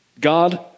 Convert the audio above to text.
God